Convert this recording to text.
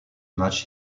match